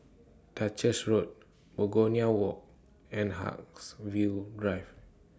Duchess Road Begonia Walk and Haigsville Drive